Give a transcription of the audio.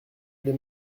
les